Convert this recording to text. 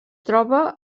troba